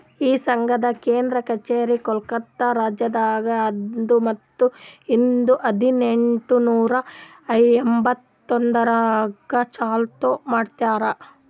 ಈ ಸಂಘದ್ ಕೇಂದ್ರ ಕಚೇರಿ ಕೋಲ್ಕತಾ ರಾಜ್ಯದಾಗ್ ಅದಾ ಮತ್ತ ಇದು ಹದಿನೆಂಟು ನೂರಾ ಎಂಬತ್ತೊಂದರಾಗ್ ಚಾಲೂ ಮಾಡ್ಯಾರ್